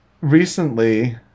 recently